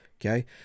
okay